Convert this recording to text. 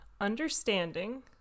Understanding